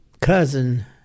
cousin